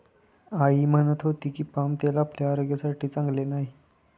आई म्हणत होती की, पाम तेल आपल्या आरोग्यासाठी चांगले नाही